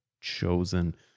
chosen